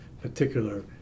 particular